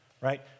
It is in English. right